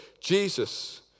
Jesus